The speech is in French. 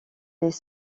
des